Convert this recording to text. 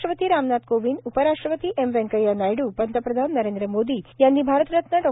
राष्ट्रपती रामनाथ कोविंद उपराष्ट्रपति एम व्यंकय्या नायडू पंतप्रधान नरेंद्र मोदी यांनी भारत रत्न डॉ